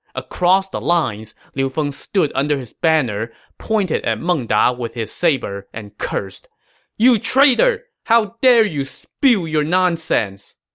across the lines, liu feng stood under his banner, pointed at meng da with his saber, and cursed you traitor! how dare you spew your nonsense!